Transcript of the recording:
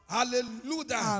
Hallelujah